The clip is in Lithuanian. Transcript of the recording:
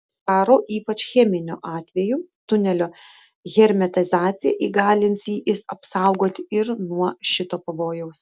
karo ypač cheminio atveju tunelio hermetizacija įgalins jį apsaugoti ir nuo šito pavojaus